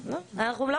אנחנו לא